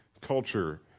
culture